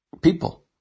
people